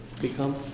become